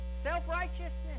Self-righteousness